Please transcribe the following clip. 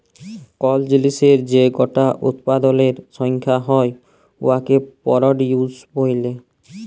call জিলিসের যে গটা উৎপাদলের সংখ্যা হ্যয় উয়াকে পরডিউস ব্যলে